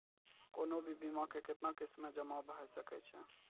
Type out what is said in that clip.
कोनो भी बीमा के कितना किस्त मे जमा भाय सके छै?